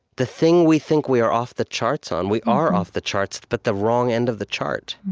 the thing we think we are off the charts on, we are off the charts, but the wrong end of the chart.